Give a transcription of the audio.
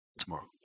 tomorrow